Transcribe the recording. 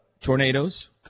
tornadoes